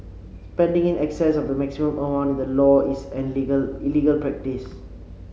spending in excess of the maximum amount in the law is an legal illegal practice